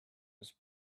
was